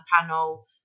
panel